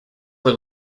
were